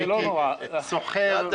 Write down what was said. מיקי סוחר לא קטן.